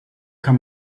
kann